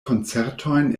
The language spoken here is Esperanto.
koncertojn